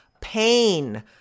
pain